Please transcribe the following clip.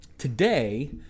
Today